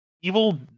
Evil